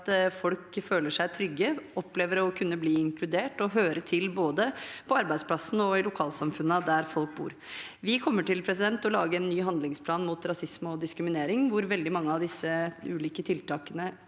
at folk føler seg trygge, opplever å kunne bli inkludert og høre til både på arbeidsplassen og i lokalsamfunnene der de bor. Vi har laget en ny handlingsplan mot rasisme og diskriminering, hvor dette med jobb er